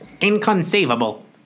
Inconceivable